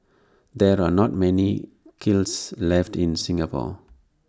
there are not many kilns left in Singapore